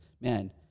man